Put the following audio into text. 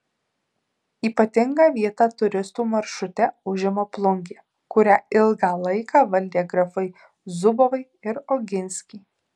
ypatingą vietą turistų maršrute užima plungė kurią ilgą laiką valdė grafai zubovai ir oginskiai